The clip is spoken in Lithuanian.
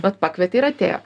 bet pakvietė ir atėjo